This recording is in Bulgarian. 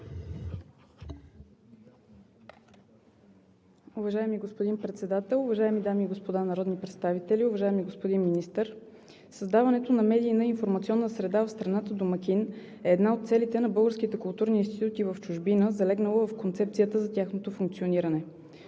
Уважаеми господин Председател, уважаеми дами и господа народни представители! Уважаеми господин Министър, създаването на медийна информационна среда в страната домакин е една от целите на българските културни институти в чужбина, залегнала в концепцията за тяхното функциониране.